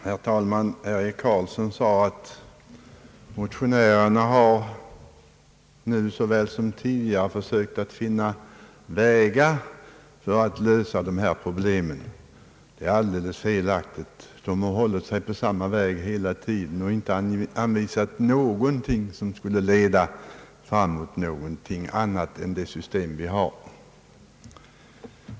Herr talman! Herr Eric Carlsson sade att motionärerna nu såväl som tidigare har försökt finna vägar att lösa dessa problem. Det är helt felaktigt. De har hållit sig till samma väg hela tiden och inte anvisat någonting som skulle leda framåt annat än det system vi har.